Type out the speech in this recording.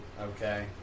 okay